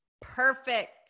Perfect